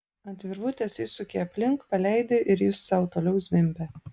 ant virvutės įsuki aplink paleidi ir jis sau toliau zvimbia